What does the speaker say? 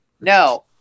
No